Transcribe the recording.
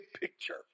picture